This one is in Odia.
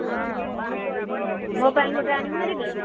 ହଁ ଓ ହୋ ମୋ ପାଇଁ ଗୋଟେ ଆଣିବୁ ହାରିକି